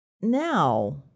Now